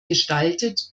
gestaltet